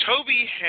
Toby